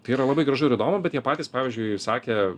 tai yra labai gražu ir įdomu bet jie patys pavyzdžiui sakė